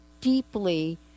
deeply